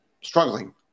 struggling